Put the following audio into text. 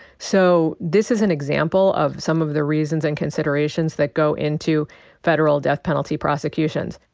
so this is an example of some of the reasons and considerations that go into federal death penalty prosecutions.